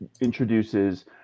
introduces